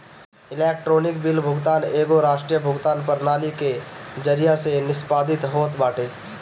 electronic bill भुगतान एगो राष्ट्रीय भुगतान प्रणाली के जरिया से निष्पादित होत बाटे